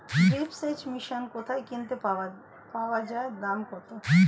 Drip সেচ machine কোথায় কিনতে পাওয়া যায় দাম কত?